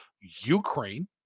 Ukraine